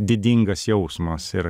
didingas jausmas ir